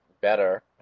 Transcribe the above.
better